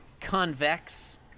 convex